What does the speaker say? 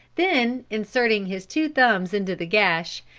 then, inserting his two thumbs into the gash,